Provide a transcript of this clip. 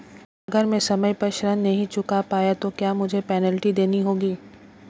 अगर मैं समय पर ऋण नहीं चुका पाया तो क्या मुझे पेनल्टी देनी होगी?